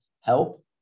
help